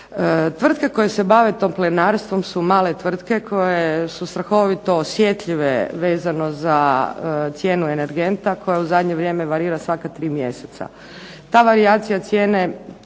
Tvrtke koje se bave toplinarstvom su male tvrtke koje su strahovito osjetljive vezano za cijenu energenta koja u zadnje vrijeme varira svaka tri mjeseca. Ta varijacija cijene